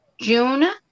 June